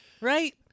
right